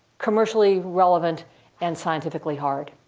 commercially relevant and scientifically hard,